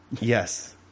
Yes